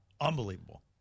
Unbelievable